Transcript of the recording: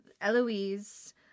Eloise